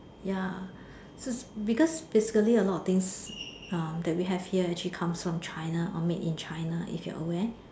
ya so because physically a lot of things uh that we have here actually comes from China or made in China if you're aware